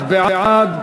31 בעד,